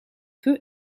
peu